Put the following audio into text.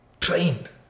trained